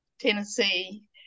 Tennessee